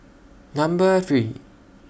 Number three